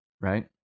right